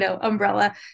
umbrella